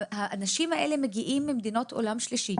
האנשים האלה מגיעים ממדינות עולם שלישי